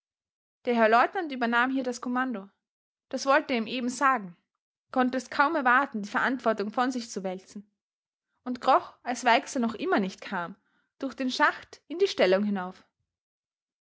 der herr leutnant übernahm hier das kommando das wollte er ihm eben sagen konnte es kaum erwarten die verantwortung von sich zu wälzen und kroch als weixler noch immer nicht kam durch den schacht in die stellung hinauf